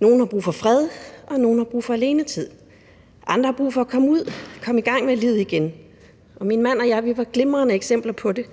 Nogle har brug for fred og alenetid, andre har brug for at komme ud og komme i gang med livet igen. Min mand og jeg var glimrende eksempler på det,